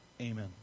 Amen